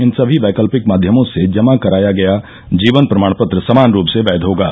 इन समी वैकल्पिक माध्यमों से जमा कराया गया जीवन प्रमाण पत्र समान रूप से वैद होगा